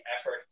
effort